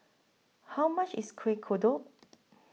How much IS Kueh Kodok